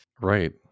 right